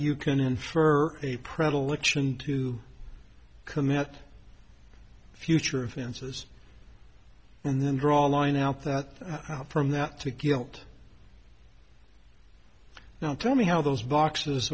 you can infer a predilection to commit future offenses and then draw a line out that from that to guilt now tell me how those boxes